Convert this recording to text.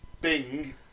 Bing